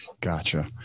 Gotcha